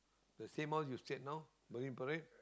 the same house you stayed now Marine Parade